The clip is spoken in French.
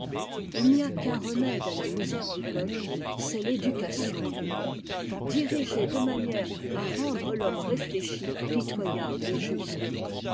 il n'y a qu'un remède à la misère du peuple c'est l'éducation du peuple dirigée de manière à rendre l'homme réfléchi pitoyable et juste